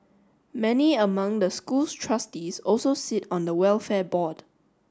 many among the school's trustees also sit on the welfare board